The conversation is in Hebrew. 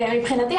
לדעתי,